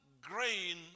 grain